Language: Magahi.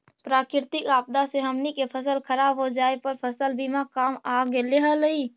प्राकृतिक आपदा से हमनी के फसल खराब हो जाए पर फसल बीमा काम आ गेले हलई